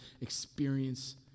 experience